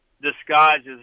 disguises